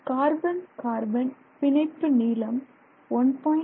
carbon carbon பிணைப்பு நீளம் 1